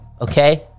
Okay